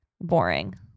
Boring